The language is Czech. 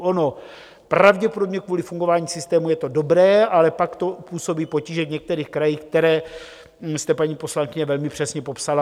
Ono pravděpodobně kvůli fungování systému je to dobré, ale pak to působí potíže některých krajích, které jste, paní poslankyně, velmi přesně popsala.